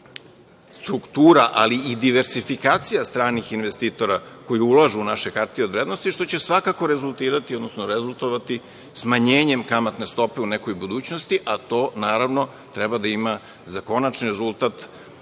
struktura ali i diversifikacija stranih investitora koji ulažu u naše hartije od vrednosti, što će svakako rezultirati, odnosno rezultovati smanjenjem kamatne stope u nekoj budućnosti a to, naravno, treba da ima za konačni rezultat